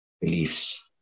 beliefs